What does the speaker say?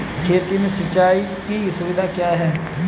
खेती में सिंचाई की सुविधा क्या है?